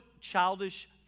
childish